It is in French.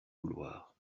couloirs